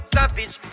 Savage